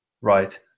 right